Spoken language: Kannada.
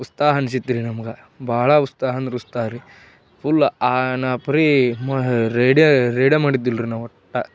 ಉತ್ಸಾಹ ಅನಿಸಿತ್ರಿ ನಮ್ಗೆ ಭಾಳ ಉತ್ಸಾಹ ಅಂದ್ರೆ ಉತ್ಸಾಹರಿ ಪುಲ್ಲ ನಾ ಪ್ರಿ ಮ ರೈಡ ರೈಡ ಮಾಡಿದಿಲ್ರಿ ನಾವು ಒಟ್ಟು